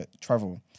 travel